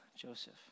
Joseph